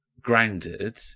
grounded